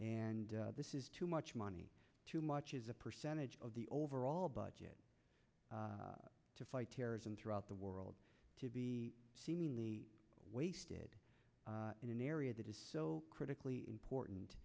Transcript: and this is too much money too much as a percentage of the overall budget to fight terrorism throughout the world seemingly wasted in an area that is so critically important